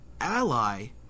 ally